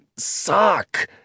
sock